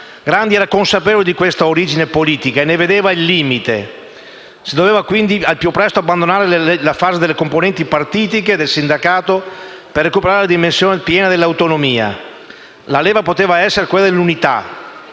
Grandi era consapevole di questa origine politica e ne vedeva il limite. Si doveva quindi al più presto abbandonare la fase delle componenti partitiche del sindacato per recuperare la dimensione piena dell'autonomia. La leva poteva essere quella dell'unità;